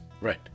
Right